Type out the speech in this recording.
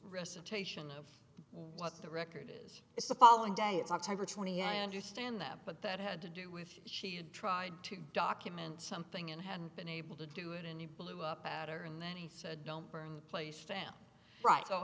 recitation of what the record is is the following day it's october twentieth i understand that but that had to do with she had tried to document something and hadn't been able to do it and he blew up at her and then he said don't burn the place damn right so